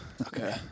Okay